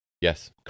Yes